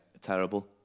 Terrible